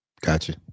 Gotcha